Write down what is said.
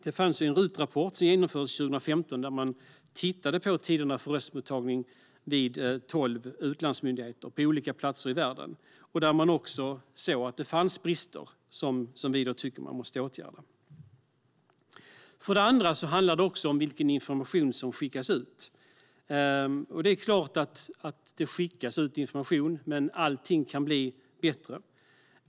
Det finns en RUT-rapport som genomfördes 2015 där man tittade på tiderna för röstmottagning vid tolv utlandsmyndigheter på olika platser i världen. Där såg man att det fanns brister som vi tycker att man måste åtgärda. För det andra handlar det om vilken information som skickas ut. Det är klart att det skickas ut information, men allting kan bli bättre.